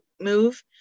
move